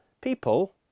people